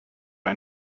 ein